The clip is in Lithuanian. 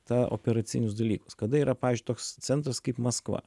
tą operacinius dalykus kada yra pavyzdžiui toks centras kaip maskva